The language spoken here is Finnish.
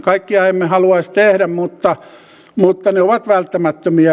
kaikkia emme haluaisi tehdä mutta ne ovat välttämättömiä